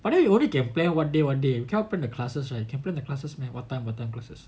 but then you only can plan one day one day cannot plan the classes right can plan the classes meh what time what time the classes